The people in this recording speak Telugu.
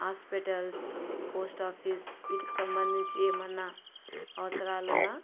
హాస్పిటల్స్ పోస్ట్ ఆఫీస్ వీటికి సంబంధించి ఏమైనా అవసరాలున్నా